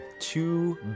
Two